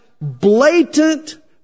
blatant